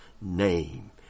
name